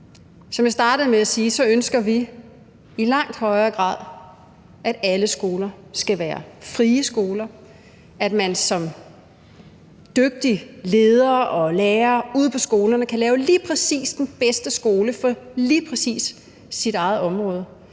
Som jeg startede med at sige, ønsker vi i langt højere grad, at alle skoler skal være frie skoler, at man som dygtig leder og lærer ude på skolerne kan lave lige præcis den bedste skole for lige præcis sit eget område,